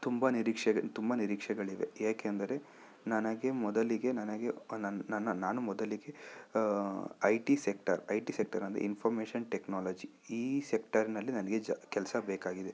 ತುಂಬ ನಿರೀಕ್ಷೆಗೆ ತುಂಬ ನಿರೀಕ್ಷೆಗಳಿವೆ ಏಕೆಂದರೆ ನನಗೆ ಮೊದಲಿಗೆ ನನಗೆ ನನ್ನ ನನ್ನ ನಾನು ಮೊದಲಿಗೆ I T sector I T sector ಅಂದರೆ ಇನ್ಫೊಮೇಷನ್ ಟೆಕ್ನಾಲಜಿ ಈ ಸೆಕ್ಟರ್ನಲ್ಲಿ ನನಗೆ ಜ ಕೆಲಸ ಬೇಕಾಗಿದೆ